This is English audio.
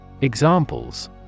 Examples